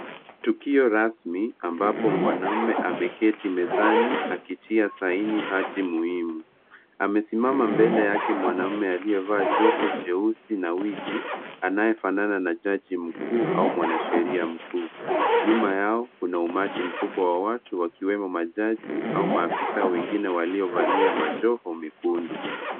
Tukio rasmi ambapo mwanamke ameketi mezani akitia saini hsti muhimu amesimama mbele yake mwanaume aliyevaa jopo jeusi na wigi jaji mkuu au mwanasheria mkuu au mwanasheria mkuu. nyuma yao kuna umati mkubwa wa watu wakiwemo majaji au maafisaa waliovalia majoko mekundu.